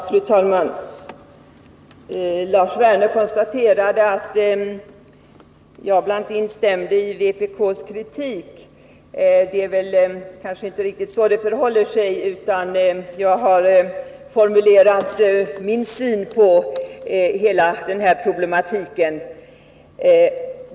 Fru talman! Lars Werner konstaterade att jag instämde i vpk:s kritik. Det är väl kanske inte riktigt så det förhåller sig, utan jag har formulerat min personliga syn på hela den här problematiken.